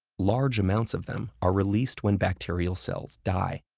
large amounts of them are released when bacterial cells die,